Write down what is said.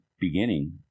beginning